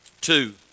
two